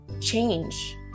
change